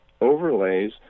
overlays